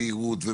בהירות,